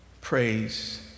praise